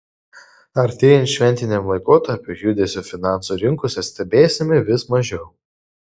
artėjant šventiniam laikotarpiui judesio finansų rinkose stebėsime vis mažiau